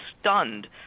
stunned